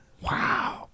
Wow